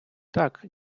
так